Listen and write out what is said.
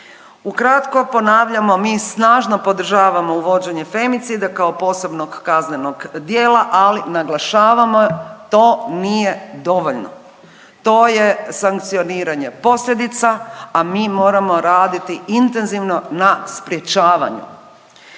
Ukratko ponavljamo mi snažno podržavamo uvođenje femicida kao posebnog kaznenog djela ali naglašavamo to nije dovoljno. To je sankcioniranje posljedica, a mi moramo raditi intenzivno na sprječavanju.